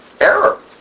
error